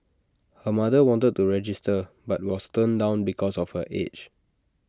her mother wanted to register but was turned down because of her age